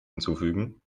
hinzufügen